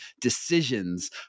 decisions